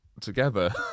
together